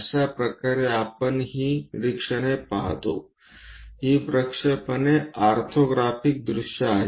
अशा प्रकारे आपण हि निरीक्षणे पाहतो हि प्रक्षेपणे ऑर्थोग्राफिक दृश्ये आहेत